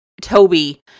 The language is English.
Toby